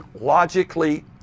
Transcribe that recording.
logically